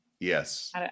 Yes